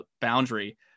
boundary